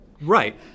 Right